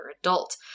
adult